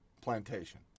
plantation